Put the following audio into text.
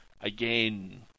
again